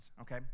Okay